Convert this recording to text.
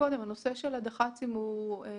בנושא של ממשל